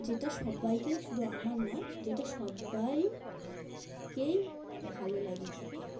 যেটা সব্বাইকে শুধু আমার নয় যেটা সব্বাইকেই ভালো লাগে খেতে